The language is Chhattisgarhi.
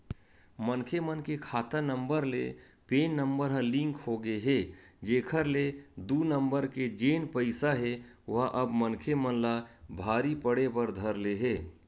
मनखे मन के खाता नंबर ले पेन नंबर ह लिंक होगे हे जेखर ले दू नंबर के जेन पइसा हे ओहा अब मनखे मन ला भारी पड़े बर धर ले हे